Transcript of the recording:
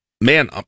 Man